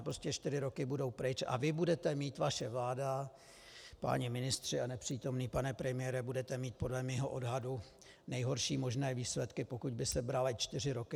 Prostě čtyři roky budou pryč a vy, vaše vláda, páni ministři a nepřítomný pane premiére, budete mít podle mého odhadu nejhorší možné výsledky, pokud by se braly čtyři roky.